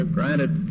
Granted